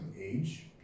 age